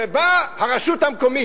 באה הרשות המקומית,